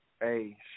Hey